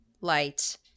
light